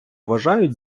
вважають